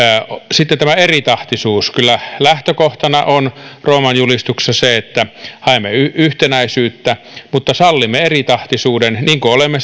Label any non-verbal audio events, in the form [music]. sitten tämä eritahtisuus kyllä lähtökohtana on rooman julistuksessa se että haemme yhtenäisyyttä mutta sallimme eritahtisuuden niin kuin olemme [unintelligible]